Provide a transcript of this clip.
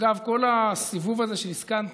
אגב, כל הסיבוב הזה של עסקת טראמפ,